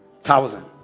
Thousand